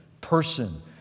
person